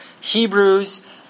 Hebrews